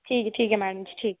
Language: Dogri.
ठीक ऐ ठीक ऐ मैडम जी ठीक ऐ